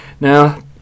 Now